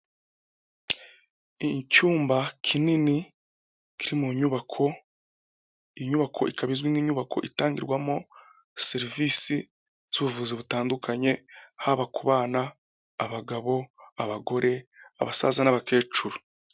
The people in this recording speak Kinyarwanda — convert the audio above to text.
Icyumba kinini kiri mu nyubako, inyubako ikaba izwi nk'inyubako itangirwamo serivisi z'ubuvuzi butandukanye, haba ku bana, abagabo, abagore, abasaza n'abakecuru.